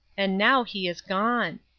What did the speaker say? and now he is gone!